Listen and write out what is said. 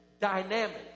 dynamic